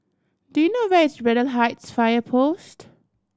do you know where is Braddell Heights Fire Post